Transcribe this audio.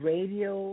Radio